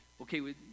okay